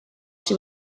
she